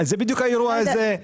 זה בדיוק האירוע הזה.